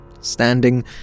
Standing